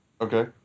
Okay